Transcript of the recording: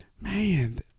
Man